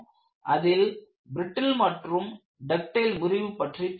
அதில் பிரட்டில் மற்றும் டக்டைல் முறிவு பற்றி பார்த்தோம்